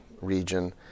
region